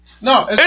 No